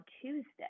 Tuesday